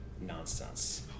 nonsense